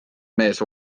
mees